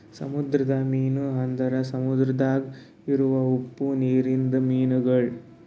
ಸಮುದ್ರದ ಮೀನು ಅಂದುರ್ ಸಮುದ್ರದಾಗ್ ಇರವು ಉಪ್ಪು ನೀರಿಂದ ಮೀನುಗೊಳ್